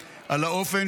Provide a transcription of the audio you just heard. במליאה.